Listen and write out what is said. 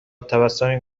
تبسمی